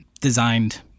designed